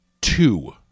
two